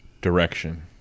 direction